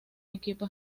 equipo